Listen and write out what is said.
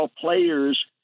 players